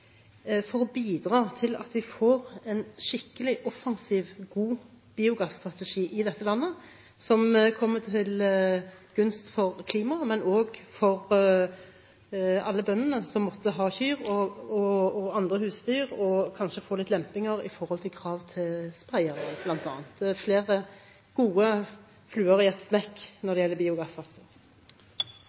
for å bidra til at vi får en skikkelig offensiv og god biogasstrategi i dette landet, til gunst for klimaet, men også for alle bøndene som har kyr og andre husdyr, og hvor man kan lempe litt på kravene i forhold til spredere – slå flere gode fluer i én smekk når det gjelder biogassatsing?